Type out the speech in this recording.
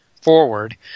forward